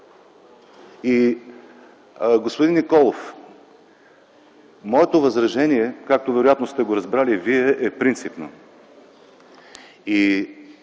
Господин Николов, моето възражение, както вероятно сте го разбрали Вие, е принципно.